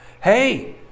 Hey